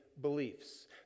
beliefs